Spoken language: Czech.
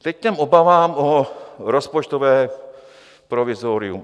Teď k těm obavám o rozpočtové provizorium.